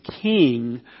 King